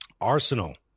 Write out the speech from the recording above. Arsenal